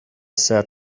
said